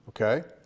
Okay